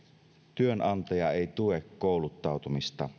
työnantaja ei tue kouluttautumista